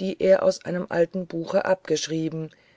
die er aus einem alten buche abgeschrieben